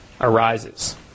arises